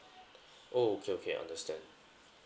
oh okay okay understand